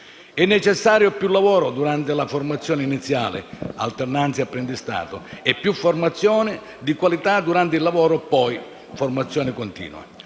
È necessario più lavoro durante la formazione iniziale (alternanza e apprendistato) e più formazione di qualità durante il lavoro poi (formazione continua);